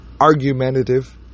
argumentative